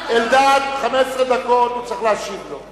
אלדד 15 דקות, הוא צריך להשיב לו.